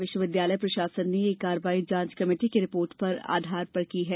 विश्वविद्यालय प्रशासन ने यह कार्रवाई जांच कमेटी की रिपोर्ट के आधार पर की है